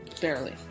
barely